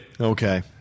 Okay